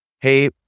Hey